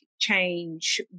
change